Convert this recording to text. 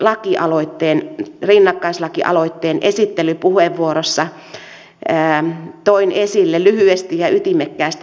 tässä rinnakkaislakialoitteen esittelypuheenvuorossa toin esille lyhyesti ja ytimekkäästi pääkohdat